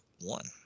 one